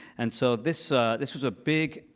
and so this this was a big,